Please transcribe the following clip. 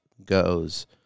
goes